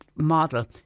model